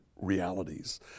realities